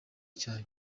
cyayo